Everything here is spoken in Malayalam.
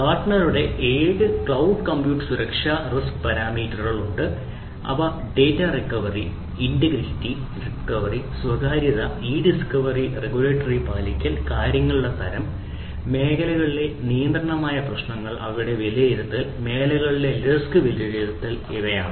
ഗാർട്ട്നറുടെ ഏഴ് ക്ലൌഡ് കമ്പ്യൂട്ടിംഗ് സുരക്ഷാ റിസ്ക് പാരാമീറ്ററുകൾ ഉണ്ട് അവ ഡാറ്റാ ഇന്റഗ്രിറ്റി റിക്കവറി സ്വകാര്യത ഇ ഡിസ്കവറി റെഗുലേറ്ററി പാലിക്കൽ കാര്യങ്ങളുടെ തരം മേഖലകളിലെ നിയമപരമായ പ്രശ്നങ്ങൾ അവയുടെ വിലയിരുത്തൽ മേഖലകളിലെ റിസ്ക് വിലയിരുത്തൽ ഇവയാണ്